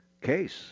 case